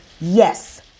Yes